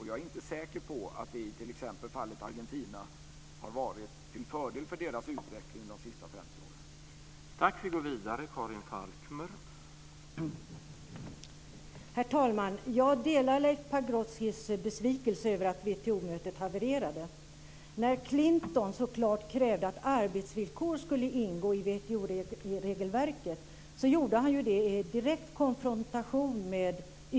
Jag är inte säker på att det t.ex. i fallet Argentina har varit till fördel för utvecklingen under de senaste 50 åren.